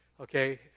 Okay